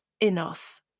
enough